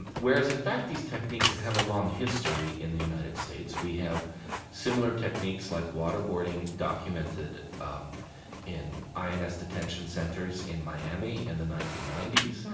and whereas, in fact, these techniques have a long history in the united states. we have similar techniques like waterboarding documented um in ins detention centers in miami in the nineteen ninety s.